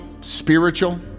spiritual